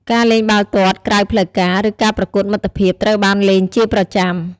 ការលេងបាល់ទាត់ក្រៅផ្លូវការ ឬការប្រកួតមិត្តភាពត្រូវបានលេងជាប្រចាំ។